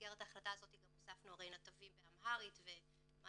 במסגרת ההחלטה הזאת גם הוספנו הרי נתבים באמהרית ומענה